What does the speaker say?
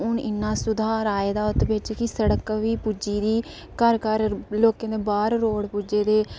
हू'न इन्ना सुधार आए दा उत्त बिच कि सड़क बी पुज्जी दी घर घर लोकें दे बाह्र रोड़ पूज्जे दे